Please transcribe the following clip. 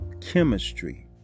chemistry